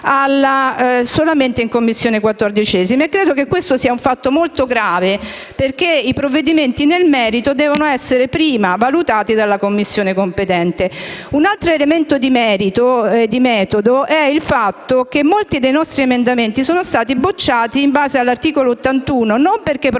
solamente in 14a Commissione. Credo che questo sia un fatto molto grave, perché i provvedimenti devono essere prima valutati nel merito dalla Commissione competente. Un altro elemento di metodo è il fatto che molti dei nostri emendamenti sono stati bocciati, in base all'articolo 81, non perché provocavano